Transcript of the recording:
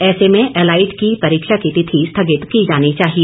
ऐसे में एलाइड की परीक्षा की तिथि स्थगित की जानी चाहिए